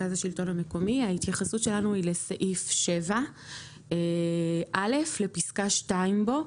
ההתייחסות שלנו היא לסעיף 7(א) פסקה (2).